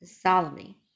solemnly